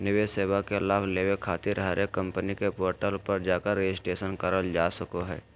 निवेश सेवा के लाभ लेबे खातिर हरेक कम्पनी के पोर्टल पर जाकर रजिस्ट्रेशन करल जा सको हय